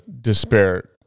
despair